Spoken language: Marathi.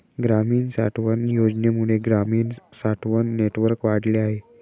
ग्रामीण साठवण योजनेमुळे ग्रामीण साठवण नेटवर्क वाढले आहे